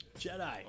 Jedi